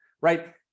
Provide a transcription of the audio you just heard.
Right